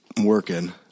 working